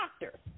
doctor